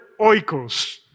oikos